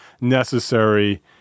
necessary